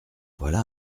voilà